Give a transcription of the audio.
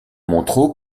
montrent